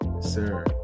sir